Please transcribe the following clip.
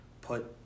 put